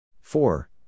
Four